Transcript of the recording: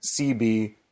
CB